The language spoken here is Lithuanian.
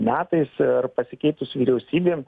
metais ir pasikeitus vyriausybėm